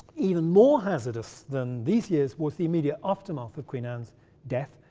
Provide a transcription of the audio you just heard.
even more hazardous than these years was the immediate aftermath of queen anne's death,